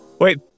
Wait